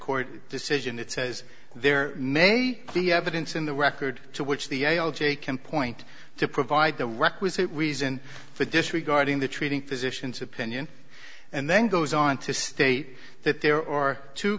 court decision it says there may be evidence in the record to which the ideology can point to provide the requisite reason for disregarding the treating physicians opinion and then goes on to state that there are two